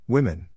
Women